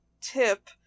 tip